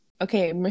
Okay